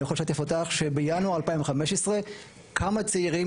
אני יכול לשתף אותך שבינואר 2015 כמה צעירים,